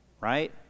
right